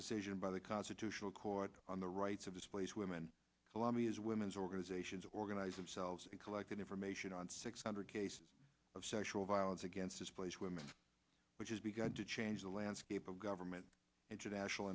decision by the constitutional court on the rights of displaced women salamis women's organizations organize themselves and collect information on six hundred cases of sexual violence against displaced women which has begun to change the landscape of government international